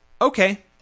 Okay